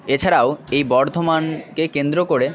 এছাড়াও এই বর্ধমানকে কেন্দ্র করে